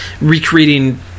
recreating